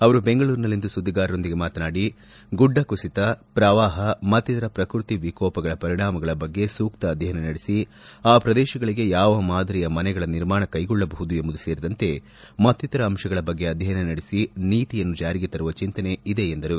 ಅವರು ಬೆಂಗಳೂರಿನಲ್ಲಿಂದು ಸುದ್ದಿಗಾರರೊಂದಿಗೆ ಮಾತನಾಡಿ ಗುಡ್ಡ ಕುಸಿತ ಪ್ರವಾಹ ಮತ್ತಿತರ ಪ್ರಕೃತಿ ವಿಕೋಪಗಳ ಪರಿಣಾಮಗಳ ಬಗ್ಗೆ ಸೂಕ್ತ ಅಧ್ಯಯನ ನಡೆಸಿ ಆ ಪ್ರದೇಶಗಳಿಗೆ ಯಾವ ಮಾದರಿಯ ಮನೆಗಳ ನಿರ್ಮಾಣ ಕೈಗೊಳ್ಳಬಹುದು ಎಂಬುದೂ ಸೇರಿದಂತೆ ಮತ್ತಿತರ ಅಂಶಗಳ ಬಗ್ಗೆ ಅಧ್ಯಯನ ನಡೆಸಿ ನೀತಿಯನ್ನು ಜಾರಿಗೆ ತರುವ ಚಿಂತನೆ ಇದೆ ಎಂದು ಹೇಳಿದರು